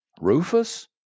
Rufus